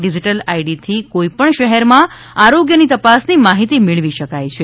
digital આઈડીથી કોઈપણ શહેરમાં આરોગ્યની તપાસની માહિતી મેળવી શકાય છે